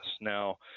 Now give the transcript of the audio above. now